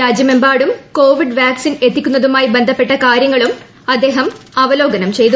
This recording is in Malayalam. രാജ്യമെമ്പാടും കോവിഡ് വാക്സിൻ എത്തിക്കുന്നതുമായി ബന്ധപ്പെട്ട കാര്യങ്ങളും അദ്ദേഹം അവലോകനം ചെയ്തു